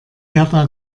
gerda